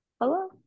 hello